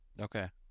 Okay